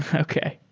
okay.